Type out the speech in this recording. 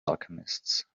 alchemists